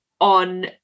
on